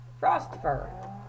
Frostfur